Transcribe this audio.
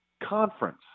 conference